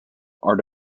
are